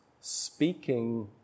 speaking